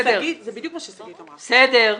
בסדר.